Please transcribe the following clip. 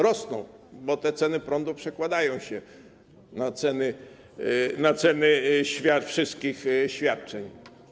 Rosną, bo te ceny prądu przekładają się na ceny wszystkich świadczeń.